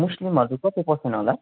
मुस्लिमहरू कति पर्सेन्ट होला